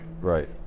right